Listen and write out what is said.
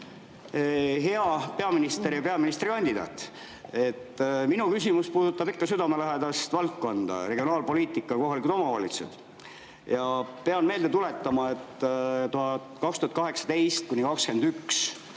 Hea peaminister ja peaministrikandidaat! Minu küsimus puudutab ikka südamelähedast valdkonda: regionaalpoliitika ja kohalikud omavalitsused. Pean meelde tuletama, et 2018–2021